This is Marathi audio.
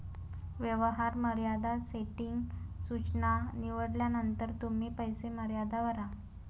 व्यवहार मर्यादा सेटिंग सूचना निवडल्यानंतर तुम्ही पैसे मर्यादा भरा